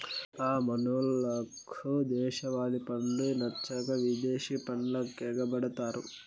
హ మనోళ్లకు దేశవాలి పండ్లు నచ్చక ఇదేశి పండ్లకెగపడతారు